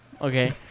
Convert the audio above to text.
Okay